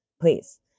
please